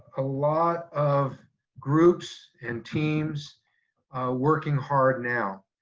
a lot of groups and teams working hard now.